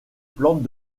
plantes